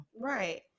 Right